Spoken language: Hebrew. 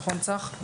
נכון, צח?